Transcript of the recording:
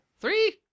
three